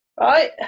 Right